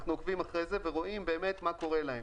אנחנו עוקבים אחרי זה ורואים מה קורה להם,